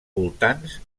voltants